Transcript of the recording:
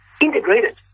integrated